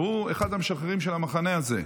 והוא אחד המשחררים של המחנה הזה,